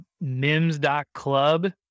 MIMS.club